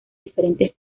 diferentes